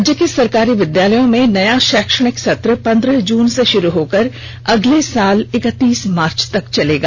राज्य के सरकारी विद्यालयों में नया शैक्षणिक सत्र पंद्रह जून से शुरू होकर अगले साल इकअतीस मार्च तक चलेगा